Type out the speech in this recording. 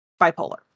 bipolar